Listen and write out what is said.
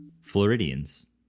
Floridians